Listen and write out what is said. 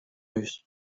eus